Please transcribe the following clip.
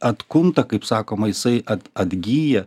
atkunta kaip sakoma jisai at atgyja